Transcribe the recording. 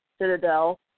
Citadel